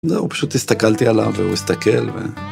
‫לא, הוא פשוט הסתכלתי עליו, ‫הוא הסתכל ו...